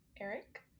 Eric